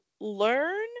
learn